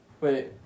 Wait